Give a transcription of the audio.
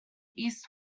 east